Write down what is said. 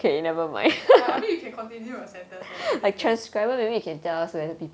I I mean you can continue your sentence I don't think